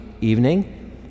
evening